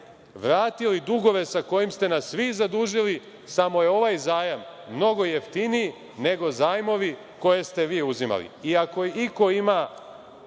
vratili dugove sa kojima ste nas vi zadužili, samo je ovaj zajam mnogo jeftiniji nego zajmovi koje ste vi uzimali. Ako iko nema